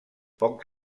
poc